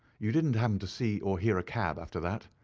you didn't happen to see or hear a cab after that?